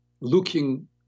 looking